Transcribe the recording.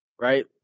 right